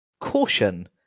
Caution